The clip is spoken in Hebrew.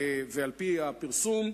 ועל-פי הפרסום,